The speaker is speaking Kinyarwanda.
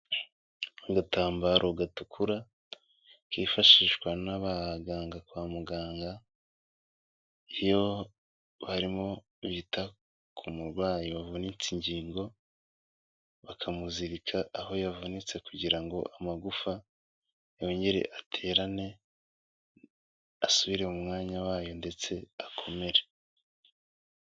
Agatambaro gatukura kifashishwa n'abaganga kwa muganga iyo barimo bita ku murwayi wavunitse ingingo, bakamuzirika aho yavunitse kugira ngo amagufa yongere aterane, asubire mu mwanya wayo ndetse akomere.